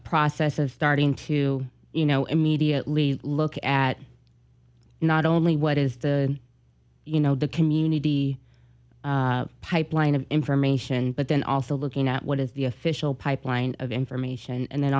process of starting to you know immediately look at not only what is the you know the community pipeline of information but then also looking at what is the official pipeline of information and then